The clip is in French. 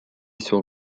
sur